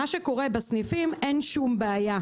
מה שקורה בסניפים אין שום בעיה,